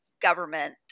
government